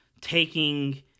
taking